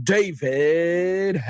David